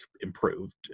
improved